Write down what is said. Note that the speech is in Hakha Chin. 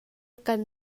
kan